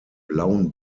blauen